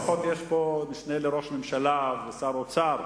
לפחות יש פה משנה לראש ממשלה ושר האוצר.